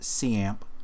CAMP